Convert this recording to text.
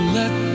let